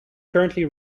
currently